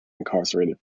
incarcerated